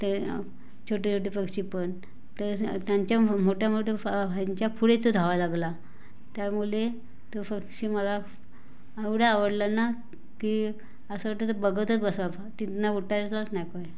ते छोटे छोटे पक्षी पण तर त्यांच्या म्हो मोठ्या मोठ्या फा ह्यांच्या पुढे तो धावायला लागला त्यामुळे तो पक्षी मला एवढा आवडला ना की असं वाटते ते बघतच बसावं तिथून उठायचंच नाही कोई